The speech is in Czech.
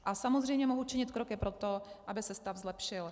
A samozřejmě mohu činit kroky pro to, aby se stav zlepšil.